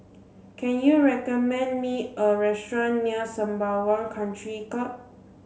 can you recommend me a restaurant near Sembawang Country Club